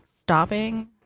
stopping